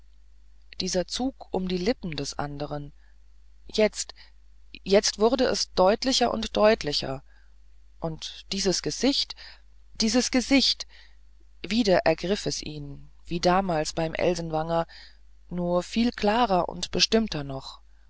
dieser zug um die lippen des andern jetzt jetzt wurde es deutlicher und deutlicher und dieses gesicht dieses gesicht wieder ergriff es ihn wie damals bei elsenwanger nur viel klarer und bestimmter noch